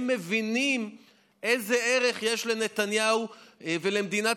הם מבינים איזה ערך יש לנתניהו ולמדינת